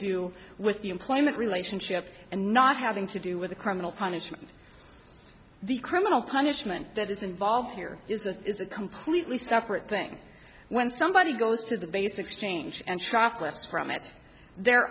do with the employment relationship and not having to do with the criminal punishment the criminal punishment that is involved here is that is a completely separate thing when somebody goes to the base exchange and shoplift from it there